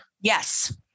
Yes